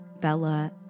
Bella